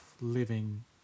living